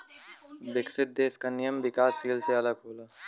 विकसित देश क नियम विकासशील से अलग होला